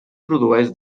produeix